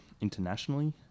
internationally